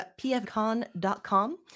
pfcon.com